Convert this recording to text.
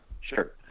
Sure